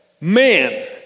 Man